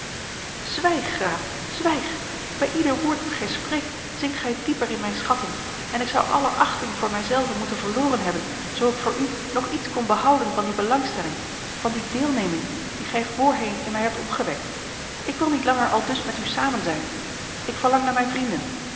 zwijg graaf zwijg bij ieder woord dat gij spreekt zinkt gij dieper in mijne schatting en ik zou alle achting voor mij zelven moeten verloren hebben zoo ik voor u nog iets kon behouden van die belangstelling van die deelneming die gij voorheen in mij hebt opgewekt ik wil niet langer aldus met u samen zijn ik verlang naar mijne vrienden